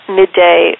midday